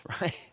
right